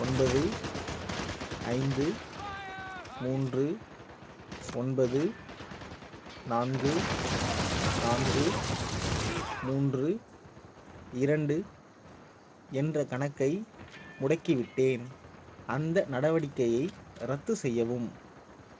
ஒன்பது ஐந்து மூன்று ஒன்பது நான்கு நான்கு மூன்று இரண்டு என்ற கணக்கை முடக்கி விட்டேன் அந்த நடவடிக்கையை ரத்து செய்யவும்